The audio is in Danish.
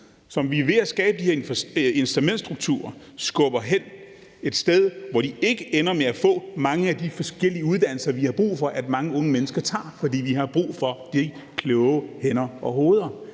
som vi er ved at skabe en incitamentsstruktur for, der skubber dem hen et sted, hvor de ender med ikke at få en af de mange forskellige uddannelser, vi har brug for at mange unge mennesker tager, fordi vi har brug for de kloge hænder og hoveder.